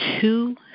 two